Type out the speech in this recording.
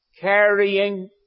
carrying